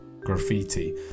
graffiti